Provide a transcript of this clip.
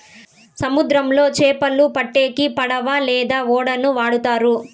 సముద్రంలో చాపలు పట్టేకి పడవ లేదా ఓడలను వాడుతారు